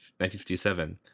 1957